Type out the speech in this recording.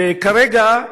וכרגע,